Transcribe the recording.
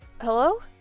Hello